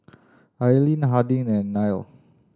Aileen Harding and Nile